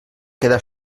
quedar